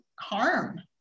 harm